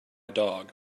dog